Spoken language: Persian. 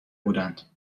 بودند